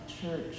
church